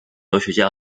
哲学家